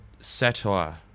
satire